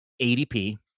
ADP